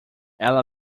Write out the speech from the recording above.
ela